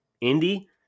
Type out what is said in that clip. Indy